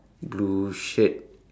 blue shirt